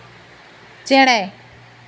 ᱪᱮᱬᱮ